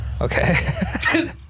Okay